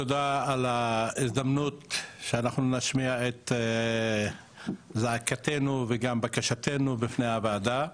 תודה על ההזדמנות שאנחנו נשמי את זעקתנו וגם בקשתנו בפני הוועדה.